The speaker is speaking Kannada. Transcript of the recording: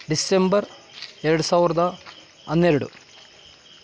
ಡಿಸ್ಸೆಂಬರ್ ಎರಡು ಸಾವಿರದ ಹನ್ನೆರಡು